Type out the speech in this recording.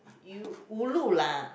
you ulu lah